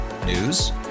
News